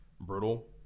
brutal